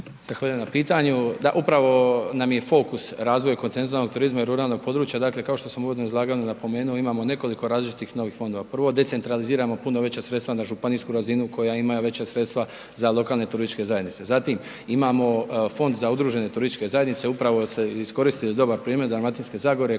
na pitanju, upravo nam je fokus razvoja kod …/nerazumljivo/… turizma i ruralnog područja dakle kao što sam uvodno u izlaganju napomenu imamo nekoliko različitih novih fondova. Prvo decentraliziramo puno veća sredstva na županijsku razinu koja ima i veća sredstva za lokalne turističke zajednice, zatim imamo Fond za udružene turističke zajednice upravo sam iskoristio dobar primjer Dalmatinske zagore